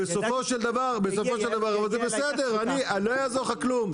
לא יעזור לך כלום,